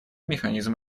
механизм